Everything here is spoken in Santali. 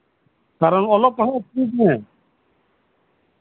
ᱠᱟᱨᱚᱱ ᱚᱞᱚᱜ ᱯᱟᱲᱦᱟᱜ ᱫᱚ ᱪᱮᱫ ᱢᱮ